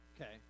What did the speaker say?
Okay